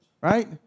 right